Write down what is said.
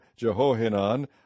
Jehohanan